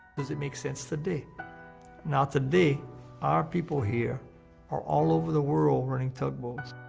does it make sense today? now today, our people here are all over the world running tugboats